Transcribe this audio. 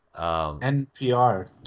NPR